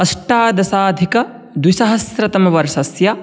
अष्टादशाधिकद्विसहस्रतमवर्षस्य